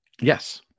Yes